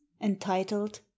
entitled